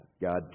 God